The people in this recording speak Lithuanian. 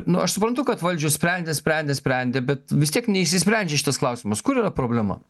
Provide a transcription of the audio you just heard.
nu aš suprantu kad valdžios sprendė sprendė sprendė bet vis tiek neišsisprendžia šitas klausimas kur yra problema